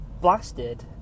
blasted